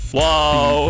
Whoa